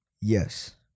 Yes